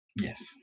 Yes